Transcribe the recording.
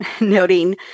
noting